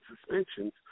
suspensions